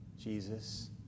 Jesus